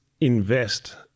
invest